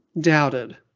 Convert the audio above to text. doubted